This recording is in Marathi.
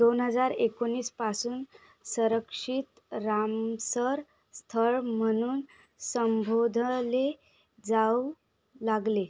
दोन हजार एकोणीस पासून संरक्षित रामसर स्थळ म्हणून संबोधले जाऊ लागले